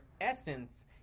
essence